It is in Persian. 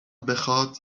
بخواهد